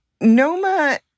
Noma